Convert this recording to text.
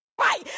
right